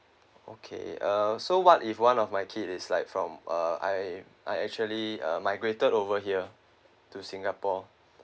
okay uh so what if one of my kid is like from uh I I actually uh migrated over here to singapore